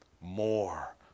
more